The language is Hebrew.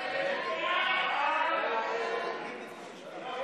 ההצעה להעביר את הצעת חוק